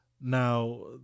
Now